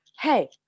hey